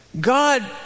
God